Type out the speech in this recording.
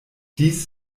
dies